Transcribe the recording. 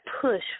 push